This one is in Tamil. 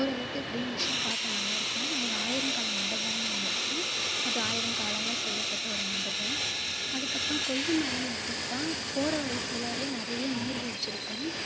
ஓரளவுக்கு கிரீனிஸாக பார்க்க நல்லாருக்கும் அங்கே ஆயிரங்கால் மண்டபம்ன்ணு ஒன்று இருக்கு அது ஆயிரங்காலில் செய்யப்பட்ட ஒரு மண்டபம் அதற்கப்பறம் கொல்லி மலைனு எடுத்துக்கிட்டால் போகற வழி ஃபுல்லாகவே நிறைய நீர்வீழ்ச்சி இருக்கும்